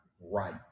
right